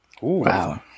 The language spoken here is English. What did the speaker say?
Wow